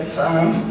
time